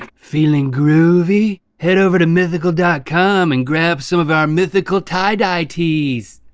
feeling groovy? head over to mythical dot com and grab some of our mythical tie dye tees.